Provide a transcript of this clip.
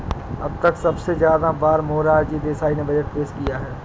अब तक सबसे ज्यादा बार मोरार जी देसाई ने बजट पेश किया है